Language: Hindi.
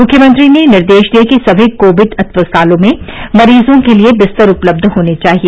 मुख्यमंत्री ने निर्देश दिए कि सभी कोविड अस्पतालों में मरीजों के लिए बिस्तर उपलब्ध होने चाहिए